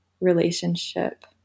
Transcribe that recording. relationship